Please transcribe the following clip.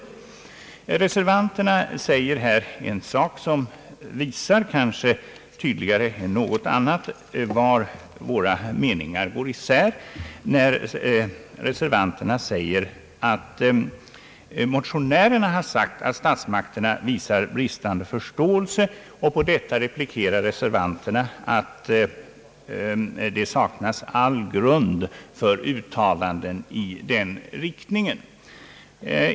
Reservanterna säger här en sak som kanske tydligare än något annat visar var våra meningar går isär. Motionärerna har sagt att statsmakterna visar bristande förståelse för de mindre företagens problem, och på detta replikerar reservanterna, att det saknas all grund för uttalanden i den riktningen.